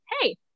hey